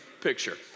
picture